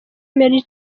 marry